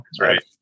right